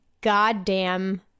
goddamn